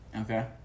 Okay